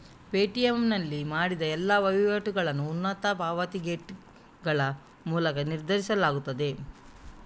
Paytm ನಲ್ಲಿ ಮಾಡಿದ ಎಲ್ಲಾ ವಹಿವಾಟುಗಳನ್ನು ಉನ್ನತ ಪಾವತಿ ಗೇಟ್ವೇಗಳ ಮೂಲಕ ನಿರ್ದೇಶಿಸಲಾಗುತ್ತದೆ